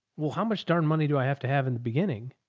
well, how much darn money do i have to have in the beginning?